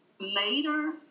later